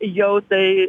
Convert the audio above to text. jau tai